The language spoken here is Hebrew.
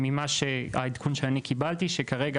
והעדכון שאני קיבלתי הוא שכרגע,